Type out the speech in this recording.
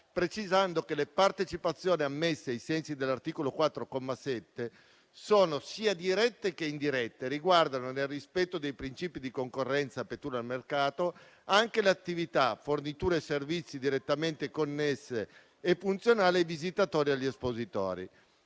precisando che le partecipazioni ammesse ai sensi dell'articolo 4, comma 7, sono sia dirette che indirette e riguardano, nel rispetto dei principi di concorrenza e apertura del mercato, anche le attività, forniture e servizi direttamente connessi e funzionali ai visitatori e agli espositori.